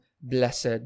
blessed